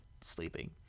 sleeping